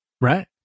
Right